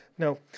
No